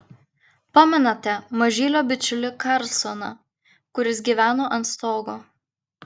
pamenate mažylio bičiulį karlsoną kuris gyveno ant stogo